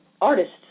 artists